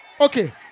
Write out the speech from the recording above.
Okay